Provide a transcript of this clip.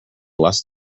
less